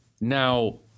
now